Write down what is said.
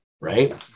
Right